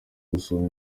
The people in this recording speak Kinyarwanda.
gusohora